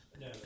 No